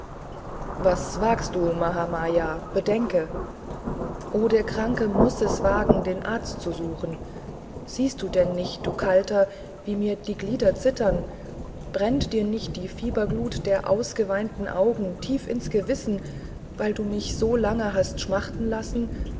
was wagst du mahamaya bedenke o der kranke muß es wagen den arzt zu suchen siehst du denn nicht du kalter wie mir die glieder zittern brennt dir nicht die fieberglut der ausgeweinten augen tief ins gewissen weil du mich so lange hast schmachten lassen